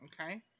Okay